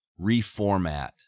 reformat